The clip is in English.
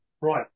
right